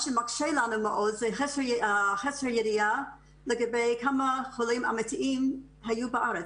מה שמקשה עלינו מאוד הוא חוסר ידיעה לגבי כמה חולים אמיתיים היו בארץ.